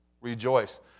Rejoice